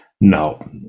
No